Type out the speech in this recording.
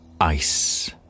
Ice